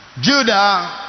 Judah